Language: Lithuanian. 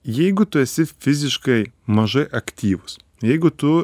jeigu tu esi fiziškai mažai aktyvus jeigu tu